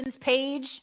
page